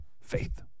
Faith